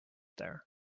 there